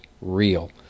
real